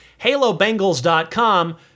HaloBengals.com